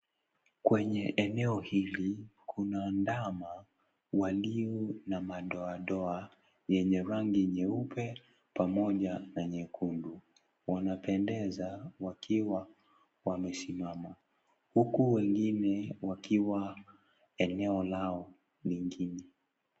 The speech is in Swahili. Kwenye eneo hili, kuna ndama walio na madoa doa yenye rangi nyeupe pamoja na nyekundu. Wanapendeza wakiwa wamesimama. Huku wengine wakiwa eneo lao lingine.